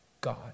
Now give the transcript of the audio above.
God